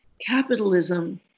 Capitalism